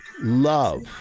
love